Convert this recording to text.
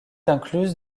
incluse